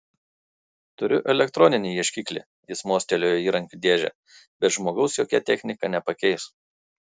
turiu elektroninį ieškiklį jis mostelėjo į įrankių dėžę bet žmogaus jokia technika nepakeis